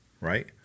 right